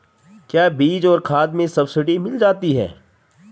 क्या बीज और खाद में सब्सिडी मिल जाती है?